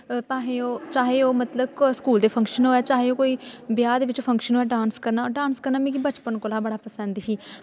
भाहे ओह् चाहे ओह् मतलब कोई स्कूल दे फंक्शन होऐ चाहे ओह् कोई ब्याह् दे बिच्च फंक्शन होऐ डांस करना डांस करना मिगी बचपन कोला बड़ा पसंद ही